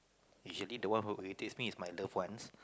usually the one who irritates me is my loved ones